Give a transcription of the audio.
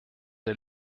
der